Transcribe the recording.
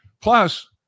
Plus